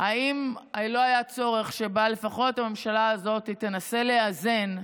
האם לא היה צורך שלפחות הממשלה הזו תנסה לאזן,